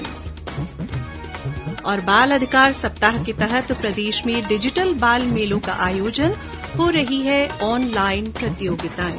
् बाल अधिकार सप्ताह के तहत प्रदेश में डिजिटल बाल मेलों का आयोजन हो रही हैं ऑनलाईन प्रतियोगितायें